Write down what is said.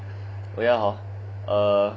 oh ya hor err